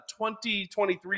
2023